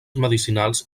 medicinals